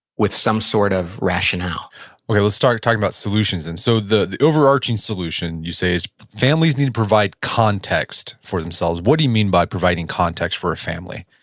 with some sort of rationale okay, let's start talking about solutions. and so the the overarching solution, you say, is, families need to provide context for themselves. what do you mean by providing context for a family?